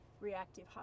reactive